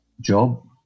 job